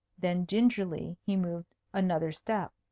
then gingerly he moved another step.